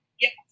Yes